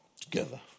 together